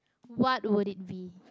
what would it be